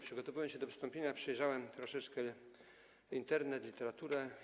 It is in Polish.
Przygotowując się do wystąpienia, przejrzałem troszeczkę Internet, literaturę.